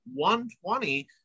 120